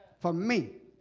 for me